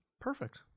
perfect